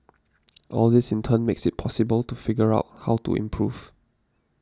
all this in turn makes it possible to figure out how to improve